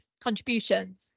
contributions